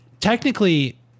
technically